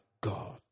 God